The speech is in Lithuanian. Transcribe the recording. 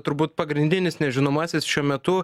turbūt pagrindinis nežinomasis šiuo metu